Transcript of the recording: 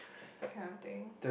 that kind of thing